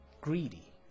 greedy